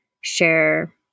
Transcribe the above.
share